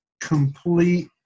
complete